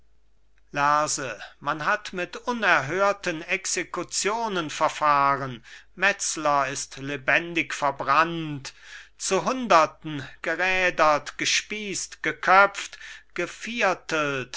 lerse man hat mit unerhörten exekutionen verfahren metzler ist lebendig verbrannt zu hunderten gerädert gespießt geköpft geviertelt